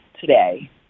today